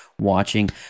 watching